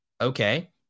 Okay